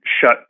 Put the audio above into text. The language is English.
shut